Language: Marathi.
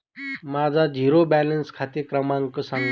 माझा झिरो बॅलन्स खाते क्रमांक सांगा